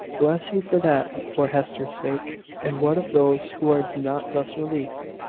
bless you for that, for hester's sake! and what of those who are not thus released?